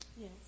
Yes